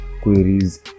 queries